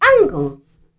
angles